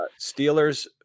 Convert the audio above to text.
Steelers